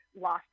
lost